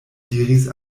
diris